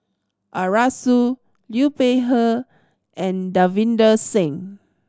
Arasu Liu Peihe and Davinder Singh